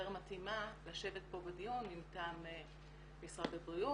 מתאימה לשבת פה בדיון מטעם משרד הבריאות.